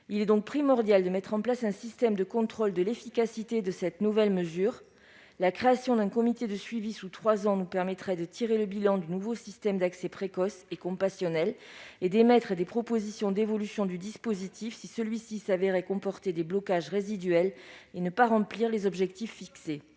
Il est donc primordial de mettre en place un système de contrôle de l'efficacité de cette nouvelle mesure. La création d'un comité de suivi sous trois ans nous permettrait de tirer le bilan du nouveau système d'accès précoce et compassionnel et de proposer des évolutions du dispositif si l'on se devait se compte que celui-ci comporte des blocages résiduels et ne remplit pas les objectifs fixés.